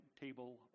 table